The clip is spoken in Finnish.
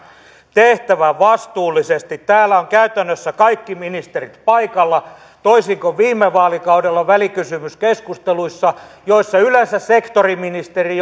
tehtävän vastuullisesti täällä ovat käytännössä kaikki ministerit paikalla toisin kuin viime vaalikaudella välikysymyskeskusteluissa joissa yleensä sektoriministeri